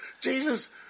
Jesus